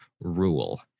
rule